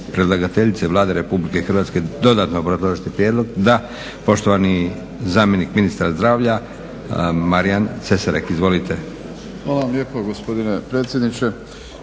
predlagateljice Vlade RH dodatno obrazložiti prijedlog? Da. Poštovani zamjenik ministra zdravlja Marijan Cesarik. Izvolite. **Cesarik, Marijan** Hvala vam lijepa gospodine predsjedniče.